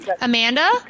Amanda